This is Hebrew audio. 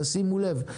תשימו לב,